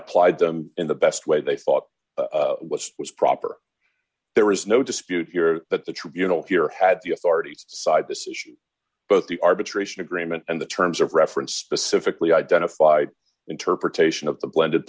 applied them in the best way they thought was proper there is no dispute here but the tribunal here had the authorities side this issue both the arbitration agreement and the terms of reference specifically identified interpretation of the blended